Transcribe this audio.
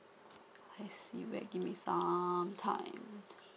I see wait give me some time